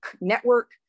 network